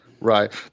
Right